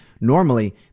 normally